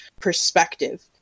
perspective